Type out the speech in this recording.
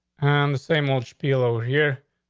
and the same old steel over here.